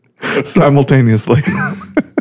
simultaneously